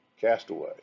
Castaway